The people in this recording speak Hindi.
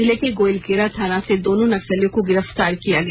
जिर्ले के गोइलकेरा थाना से दोनों नक्सलियों को गिरफ़तार किया गया